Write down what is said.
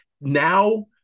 now